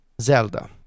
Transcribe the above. Zelda